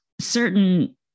certain